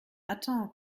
attends